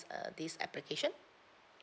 uh this application